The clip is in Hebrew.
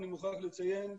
אני מוכרח לציין,